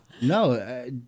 no